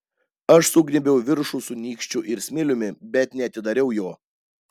aš sugnybiau viršų su nykščiu ir smiliumi bet neatidariau jo